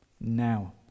now